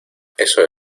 eso